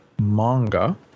manga